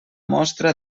mostra